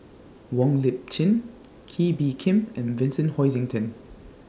Wong Lip Chin Kee Bee Khim and Vincent Hoisington